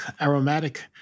aromatic